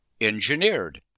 engineered